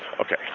okay